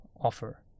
offer